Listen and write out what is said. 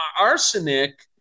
arsenic